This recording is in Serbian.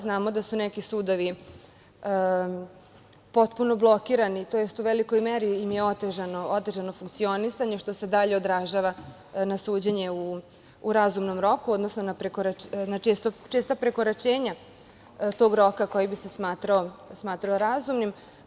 Znamo da su neki sudovi potpuno blokirani, tj. u velikoj meri im je otežano funkcionisanje, što se dalje odražava na suđenje u razumnom roku, odnosno na česta prekoračenja tog roka koji bi se smatrao razumnim.